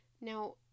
Now